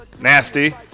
Nasty